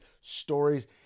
stories